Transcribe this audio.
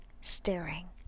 staring